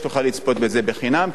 שתוכל לצפות בזה חינם,